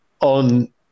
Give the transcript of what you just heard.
on